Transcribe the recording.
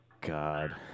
god